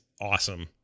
awesome